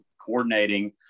coordinating